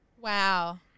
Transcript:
Wow